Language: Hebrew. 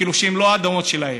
כאילו שאלה לא אדמות שלהם.